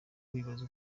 wibaza